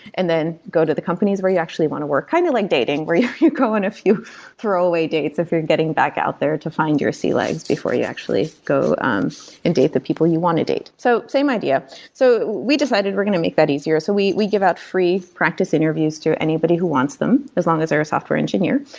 and then go to the companies where you actually want to work. kind of like dating, where you you go on and a few throw-away dates if you're getting back out there to find your sea legs before you actually go um and date the people you want to date. so same idea so we decided we're going to make that easier. so we we give out free practice interviews to anybody who wants them, as long as they're a software engineer.